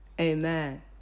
amen